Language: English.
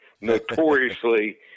notoriously